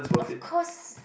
of course